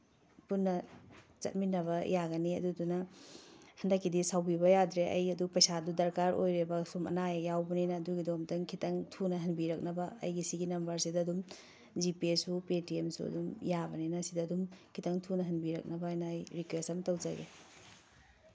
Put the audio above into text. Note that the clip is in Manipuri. ꯄꯨꯟꯅ ꯆꯠꯃꯤꯟꯅꯕ ꯌꯥꯒꯅꯤ ꯑꯗꯨꯗꯨꯅ ꯍꯟꯗꯛꯀꯤꯗꯤ ꯁꯥꯎꯕꯤꯕ ꯌꯥꯗ꯭ꯔꯦ ꯑꯩ ꯑꯗꯨ ꯄꯩꯁꯥꯗꯨ ꯗꯔꯀꯥꯔ ꯑꯣꯏꯔꯦꯕ ꯁꯨꯝ ꯑꯅꯥ ꯑꯌꯦꯛ ꯌꯥꯎꯕꯅꯤꯅ ꯑꯗꯨꯒꯤꯗꯣ ꯑꯝꯇꯪ ꯈꯤꯇꯪ ꯊꯨꯅ ꯍꯟꯕꯤꯔꯛꯅꯕ ꯑꯩꯒꯤ ꯁꯤꯒꯤ ꯅꯝꯕꯔꯁꯤꯗ ꯑꯗꯨꯝ ꯖꯤꯄꯦꯁꯨ ꯄꯦꯇꯤꯑꯦꯝꯁꯨ ꯑꯗꯨꯝ ꯌꯥꯕꯅꯤꯅ ꯁꯤꯗ ꯑꯗꯨꯝ ꯈꯤꯇꯪ ꯊꯨꯅ ꯍꯟꯕꯤꯔꯛꯅꯕꯅ ꯑꯩ ꯔꯤꯀ꯭ꯋꯦꯁ ꯑꯃ ꯇꯧꯖꯒꯦ